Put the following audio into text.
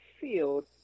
field